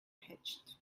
hatched